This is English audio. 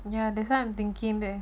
ya that's why I'm thinking there